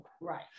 Right